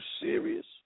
serious